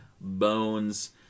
bones